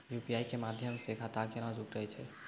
UPI के माध्यम से खाता केना जुटैय छै?